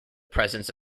presence